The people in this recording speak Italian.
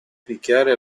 picchiare